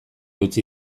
utzi